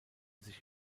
sich